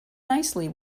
nicely